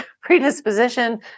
predisposition